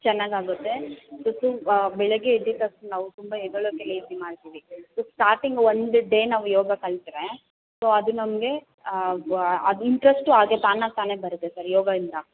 ಚೆನ್ನಾಗಾಗುತ್ತೆ ಬೆಳಿಗ್ಗೆ ಎದಿದ್ದ ತಕ್ಷಣ ನಾವು ತುಂಬ ಎದ್ದೇಳೋಕೆ ಲೇಸಿ ಮಾಡ್ತೀವಿ ಸೊ ಸ್ಟಾರ್ಟಿಂಗ್ ಒಂದು ಡೇ ನಾವು ಯೋಗ ಕಲಿತ್ರೆ ಸೊ ಅದು ನಮಗೆ ಅದು ಇಂಟ್ರಸ್ಟು ಹಾಗೇ ತಾನಾಗಿ ತಾನೇ ಬರುತ್ತೆ ಸರ್ ಯೋಗ ಇಂದ